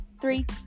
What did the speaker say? Three